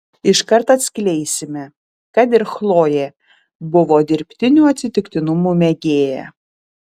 iškart atskleisime kad ir chlojė buvo dirbtinių atsitiktinumų mėgėja